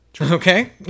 Okay